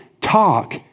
talk